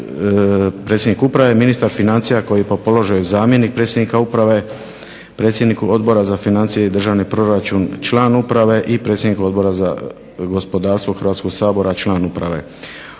predsjednik uprave ministar financija koji je po položaju zamjenik predsjednika uprave, predsjednik Odbora za financije i državni proračun član uprave i predsjednik Odbora za gospodarstvo Hrvatskog sabora član uprave.